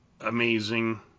amazing